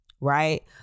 right